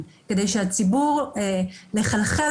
שהן מקלות.